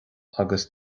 agus